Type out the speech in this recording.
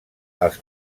als